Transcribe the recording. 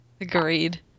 Agreed